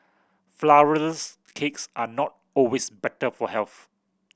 flourless cakes are not always better for health